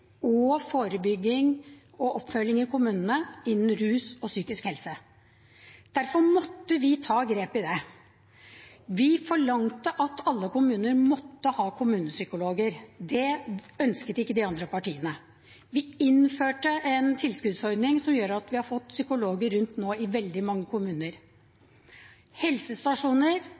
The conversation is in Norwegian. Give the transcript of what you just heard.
behandling, forebygging og oppfølging i kommunene når det gjaldt rus og psykisk helse. Derfor måtte vi ta grep om det. Vi forlangte at alle kommuner måtte ha kommunepsykologer. Det ønsket ikke de andre partiene. Vi innførte en tilskuddsordning som gjør at vi nå har fått psykologer i veldig mange kommuner. Når det gjelder helsestasjoner,